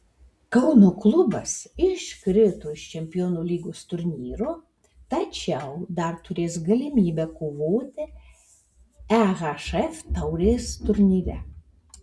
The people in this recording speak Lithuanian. kauno klubas iškrito iš čempionų lygos turnyro tačiau dar turės galimybę kovoti ehf taurės turnyre